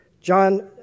John